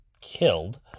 killed